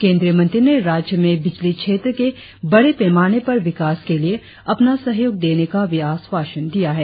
केंद्रीय मंत्री ने राज्य में बिजली क्षेत्र के बड़े पैमाने पर विकास के लिए अपना सहयोग देने का भी आश्वासन दिया है